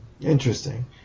interesting